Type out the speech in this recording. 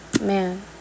man